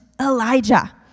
Elijah